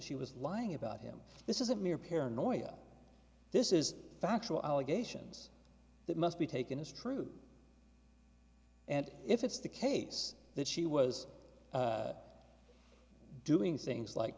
she was lying about him this isn't mere paranoia this is factual allegations that must be taken as true and if it's the case that she was doing things like